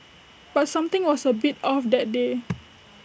but something was A bit off that day